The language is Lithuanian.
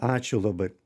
ačiū labai